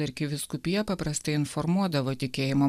arkivyskupija paprastai informuodavo tikėjimo